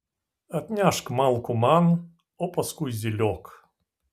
atnešk malkų man o paskui zyliok